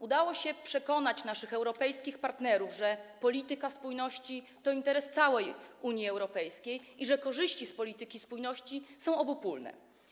Udało się przekonać naszych europejskich partnerów, że polityka spójności to interes całej Unii Europejskiej i że korzyści z polityki spójności są obopólne.